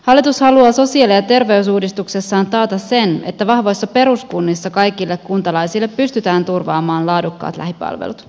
hallitus haluaa sosiaali ja terveysuudistuksessaan taata sen että vahvoissa peruskunnissa kaikille kuntalaisille pystytään turvaamaan laadukkaat lähipalvelut